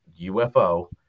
ufo